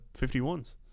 51s